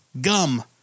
Gum